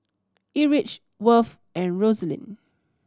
Erich Worth and Roselyn